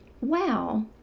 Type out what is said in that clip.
Wow